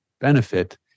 benefit